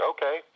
Okay